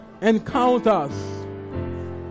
Encounters